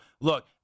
look